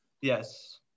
yes